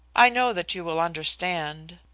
i know that you will understand.